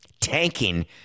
tanking